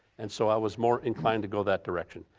and so i was more inclined to go that direction.